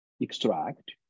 extract